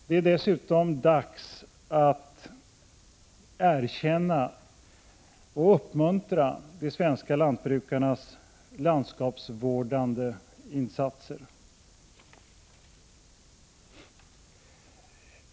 Det är dessutom dags att erkänna och uppmuntra de svenska lantbrukarnas landskapsvårdande insatser.